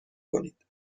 کنید